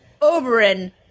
Oberyn